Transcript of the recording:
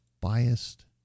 biased